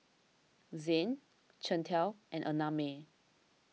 Zayne Chantal and Annamae